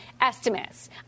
estimates